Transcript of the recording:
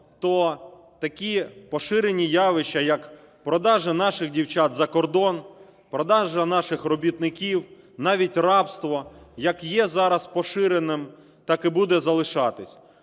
то такі поширені явища, як продаж наших дівчат за кордон, продаж наших робітників, навіть рабство як є зараз поширеним, так і буде залишатися.